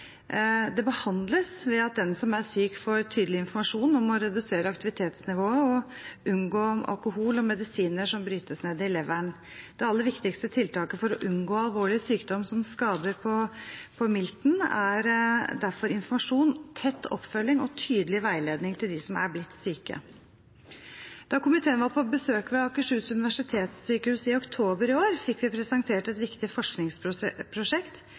Det behandles ved at den som er syk, får tydelig informasjon om å redusere aktivitetsnivået og unngå alkohol og medisiner som brytes ned i leveren. Det aller viktigste tiltaket for å unngå alvorlig sykdom, som skader på milten, er derfor informasjon, tett oppfølging og tydelig veiledning til dem som er blitt syke. Da komiteen var på besøk på Akershus universitetssykehus i oktober i år, fikk vi presentert et viktig